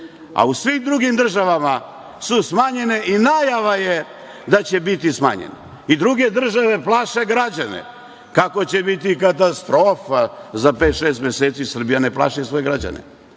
U svim drugim državama su smanjene i najava je da će biti smanjene. I druge države plaše građane kako će biti katastrofa za pet-šest meseci. Srbija ne plaši svoje građane.